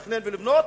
ולבנות,